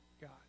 God